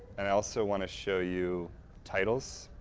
and i also want to show you titles,